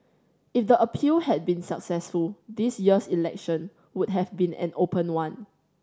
if the appeal had been successful this year's election would have been an open one